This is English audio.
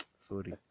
sorry